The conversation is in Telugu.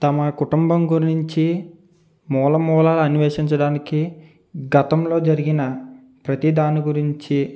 తమ కుటుంబం గురించి మూల మూలన అన్వేషించడానికి గతంలో జరిగిన ప్రతిదాని గురించి